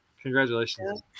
Congratulations